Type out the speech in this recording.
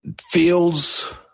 Fields